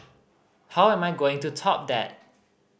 how am I going to top that